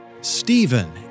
Stephen